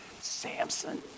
Samson